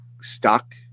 stuck